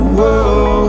Whoa